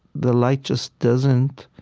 the light just doesn't